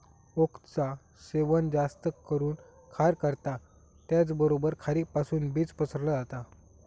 ओकचा सेवन जास्त करून खार करता त्याचबरोबर खारीपासुन बीज पसरला जाता